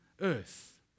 earth